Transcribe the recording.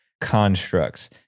constructs